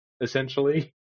essentially